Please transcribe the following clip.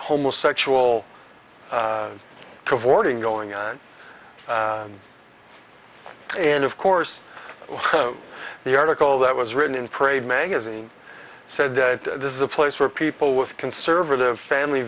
homosexual cavorting going on and of course the article that was written in prayed magazine said that this is a place where people with conservative family